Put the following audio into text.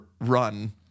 run